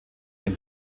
dem